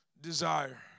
desire